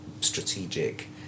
strategic